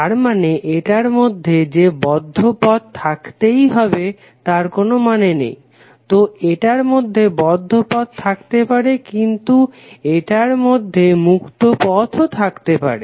তার মানে এটার মধ্যে যে বদ্ধ পথ থাকতেই হবে তার কোনো মানে নেই তো এটার মধ্যে বদ্ধ পথ থাকতে পারে কিন্তু এটার মধ্যে মুক্ত পথ ও থাকতে পারে